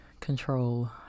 Control